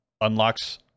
unlocks